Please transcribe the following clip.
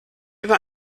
über